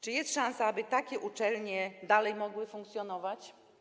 Czy jest szansa, aby takie uczelnie dalej mogły funkcjonować?